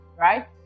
right